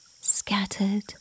scattered